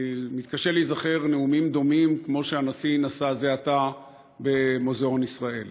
אני מתקשה להיזכר בנאומים דומים לזה שהנשיא נשא זה עתה במוזאון ישראל.